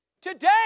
Today